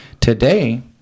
Today